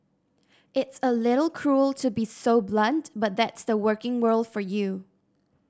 it's a little cruel to be so blunt but that's the working world for you